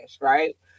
right